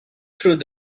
through